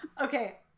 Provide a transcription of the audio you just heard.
Okay